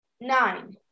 nine